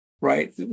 right